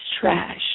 trash